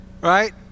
Right